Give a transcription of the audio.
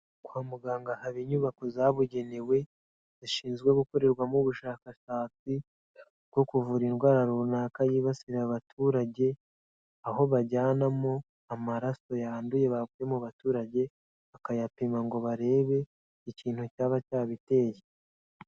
Kwa muganga haba inyubako zabugenewe, zishinzwe gukorerwamo ubushakashatsi bwo kuvura indwara runaka yibasira abaturage, aho bajyanamo amaraso yanduye bakuye mu abaturage bakayapima ngo barebe ikintu cyaba cyabiteye.